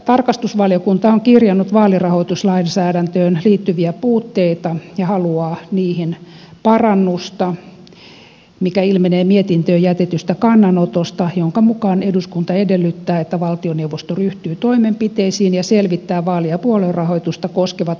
tarkastusvaliokunta on kirjannut vaalirahoituslainsäädäntöön liittyviä puutteita ja haluaa niihin parannusta mikä ilmenee mietintöön jätetystä kannanotosta jonka mukaan eduskunta edellyttää että valtioneuvosto ryhtyy toimenpiteisiin ja selvittää vaali ja puoluerahoitusta koskevat uudistamistarpeet